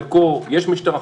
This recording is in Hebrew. בחלקו יש משטרה,